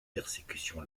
persécution